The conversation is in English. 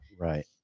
right